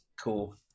Cool